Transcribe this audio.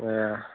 এৰা